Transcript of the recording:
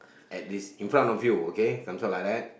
at this in front of you some sort like that